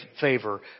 favor